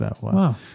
wow